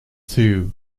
too